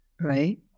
right